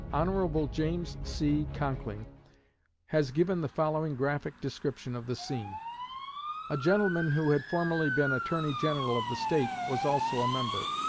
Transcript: hon. james c. conkling has given the following graphic description of the scene a gentleman who had formerly been attorney-general of the state was also a member.